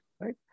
right